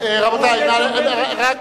בנוכחות שלך